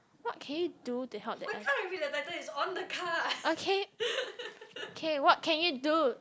what can you do to help the okay okay what can you do